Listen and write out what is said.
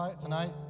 tonight